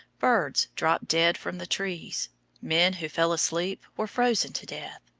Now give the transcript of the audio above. birds dropped dead from the trees men who fell asleep were frozen to death.